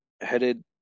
headed